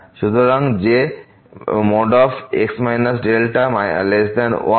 সুতরাং যে x 1